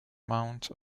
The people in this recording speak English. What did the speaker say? mount